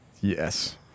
yes